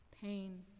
pain